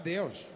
Deus